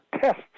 tests